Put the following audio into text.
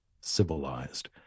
civilized